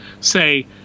say